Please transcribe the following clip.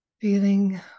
Feeling